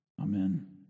Amen